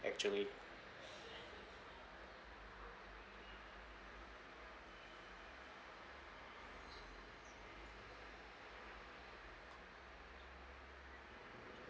actually